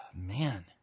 Man